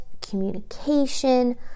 communication